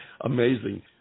Amazing